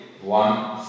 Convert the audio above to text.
one